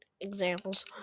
examples